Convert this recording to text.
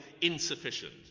insufficient